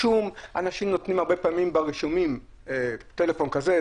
אנשים נותנים הרבה פעמים ברישומים טלפון כזה,